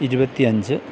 ഇരുപത്തിയഞ്ച്